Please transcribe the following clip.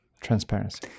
Transparency